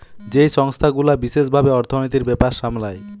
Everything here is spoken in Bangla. যেই সংস্থা গুলা বিশেষ ভাবে অর্থনীতির ব্যাপার সামলায়